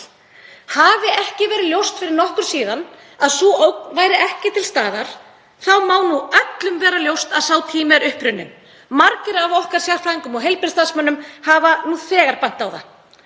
Hafi ekki verið ljóst fyrir nokkru síðan að sú ógn væri ekki til staðar má öllum vera ljóst að sá tími er upprunninn. Margir af okkar sérfræðingum og heilbrigðisstarfsmönnum hafa nú þegar bent á það.